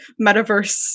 metaverse